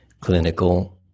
clinical